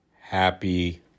Happy